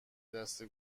دسته